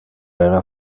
era